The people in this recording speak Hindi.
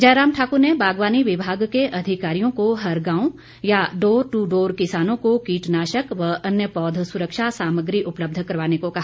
जयराम ठाकुर ने बागवानी विभाग के अधिकारियों को हर गांव या डोर टू डोर किसानों को कीटनाशक व अन्य पौध सुरक्षा सामग्री उपलब्ध करवाने को कहा